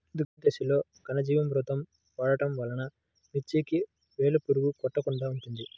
దుక్కి దశలో ఘనజీవామృతం వాడటం వలన మిర్చికి వేలు పురుగు కొట్టకుండా ఉంటుంది?